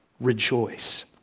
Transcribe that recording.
Rejoice